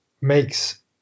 makes